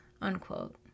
unquote